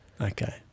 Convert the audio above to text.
Okay